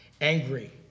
angry